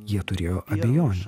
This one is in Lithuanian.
jie turėjo abejonių